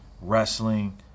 wrestling